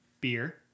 Beer